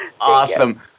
Awesome